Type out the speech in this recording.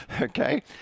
Okay